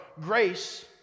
grace